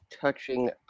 touching